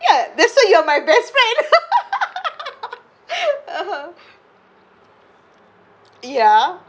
ya that's why you are my best friend ya